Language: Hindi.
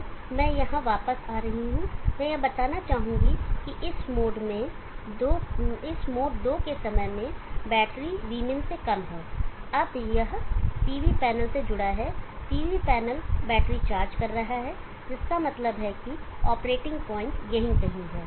अब मैं यहां वापस आ रहा हूं और मैं यह बताना चाहूंगा कि इस मोड दो के समय में बैटरी Vmin से कम है यह अब PV पैनल से जुड़ा है PV पैनल बैटरी चार्ज कर रहा है जिसका मतलब है कि ऑपरेटिंग पॉइंट यहीं कहीं है